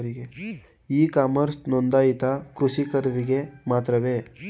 E commerce ನೊಂದಾಯಿತ ಕೃಷಿಕರಿಗೆ ಮಾತ್ರವೇ?